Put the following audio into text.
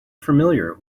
familiar